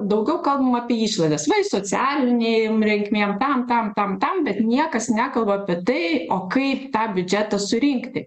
daugiau kalbam apie išlaidas va iš socialinei jum reikmėm tam tam tam tam bet niekas nekalba apie tai o kaip tą biudžetą surinkti